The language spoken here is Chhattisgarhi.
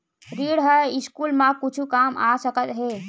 ऋण ह स्कूल मा कुछु काम आ सकत हे?